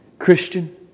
Christian